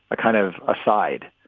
a kind of aside,